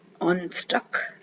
unstuck